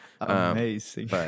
Amazing